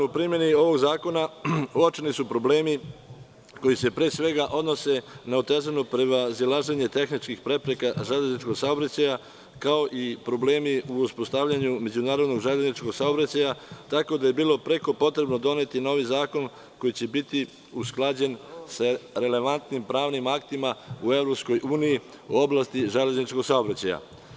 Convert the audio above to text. U primeni ovog zakona uočeni su problemi koji se odnose na otežano prevazilaženje železničkog saobraćaja, kao i problemi u uspostavljanju međunarodnog železničkog saobraćaja, tako da je bilo potrebno doneti novi zakon usklađen sa relevantnim pravnim aktima u EU, u oblasti železničkog saobraćaja.